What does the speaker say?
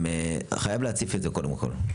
חייב להציף את זה קודם כל,